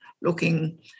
looking